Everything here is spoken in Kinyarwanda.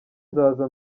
nzaza